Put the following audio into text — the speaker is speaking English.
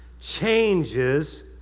changes